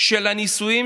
שהנישואים